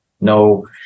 no